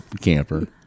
camper